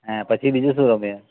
હે પછી બીજું શું રમીએ